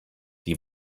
die